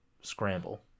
Scramble